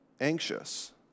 anxious